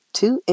two